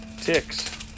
Ticks